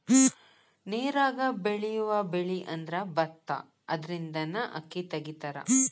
ನೇರಾಗ ಬೆಳಿಯುವ ಬೆಳಿಅಂದ್ರ ಬತ್ತಾ ಅದರಿಂದನ ಅಕ್ಕಿ ತಗಿತಾರ